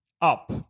Up